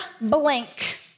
blank